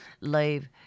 Leave